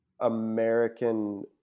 American